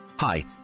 Hi